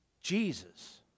Jesus